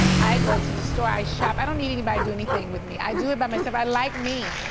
i i go to the store, i shop, i don't need anybody to do anything with me, i do it by myself, i like me.